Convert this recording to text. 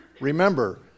remember